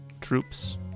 troops